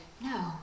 no